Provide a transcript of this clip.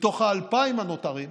מתוך ה-2,000 הנותרים,